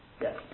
Yes